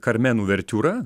karmen uvertiūra